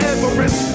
Everest